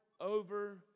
over